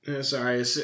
Sorry